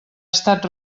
estat